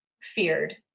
feared